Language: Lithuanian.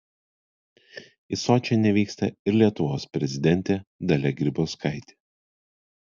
į sočį nevyksta ir lietuvos prezidentė dalia grybauskaitė